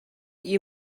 you